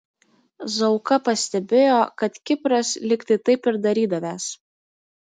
zauka pastebėjo kad kipras lyg tai taip ir darydavęs